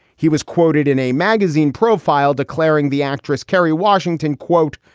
he was quoted in a magazine profile declaring the actress kerry washington, quote,